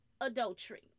adultery